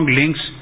links